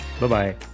Bye-bye